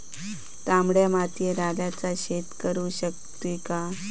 तामड्या मातयेत आल्याचा शेत करु शकतू काय?